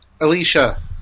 Alicia